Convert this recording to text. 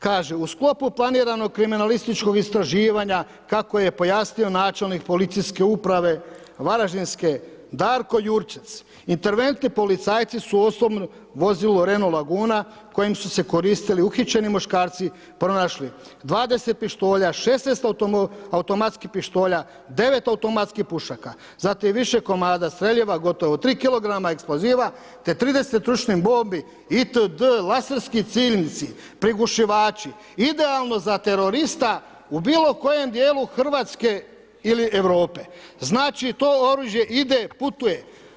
Kaže: „U sklopu planiranog kriminalističkog istraživanja kako je pojasnio načelnik Policijske uprave Varaždinske Darko Jurčec interventni policajci su osobno vozilo Renault Laguna kojim su se koristili uhićeni muškarci pronašli 20 pištolja, 16 automatskih pištolja, 9 automatskih pušaka, zatim više komada streljiva, gotovo 3 kg eksploziva te 30 ručnih bombi itd. laserski cikljnici, prigušivači idealno za terorista u bilo kojem dijelu Hrvatske ili Europe.“ Znači to oružje ide, putuje.